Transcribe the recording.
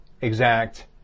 exact